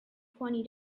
twenty